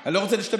מה?